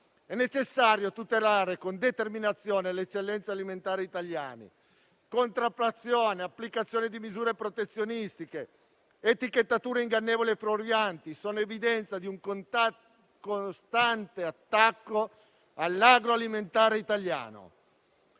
È necessario tutelare con determinazione le eccellenze alimentari italiane. Contraffazione, applicazione di misure protezionistiche, etichettatura ingannevole e fuorviante sono evidenze di un costante attacco all'agroalimentare italiano.